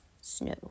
snow